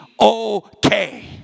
okay